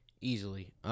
easily